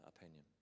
opinion